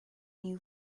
new